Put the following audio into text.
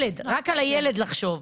רק על הילד לחשוב.